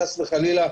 חס וחלילה,